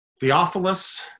Theophilus